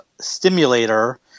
stimulator